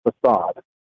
facade